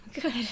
good